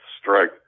strike